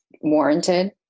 warranted